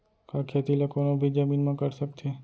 का खेती ला कोनो भी जमीन म कर सकथे?